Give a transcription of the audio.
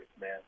man